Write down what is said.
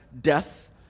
death